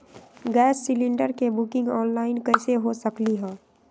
Gas cylinder के booking online कईसे हो सकलई ह?